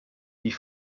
wie